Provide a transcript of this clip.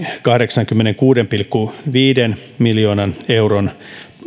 kahdeksankymmenenkuuden pilkku viiden miljoonan euron